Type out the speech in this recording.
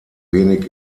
wenig